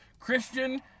Christian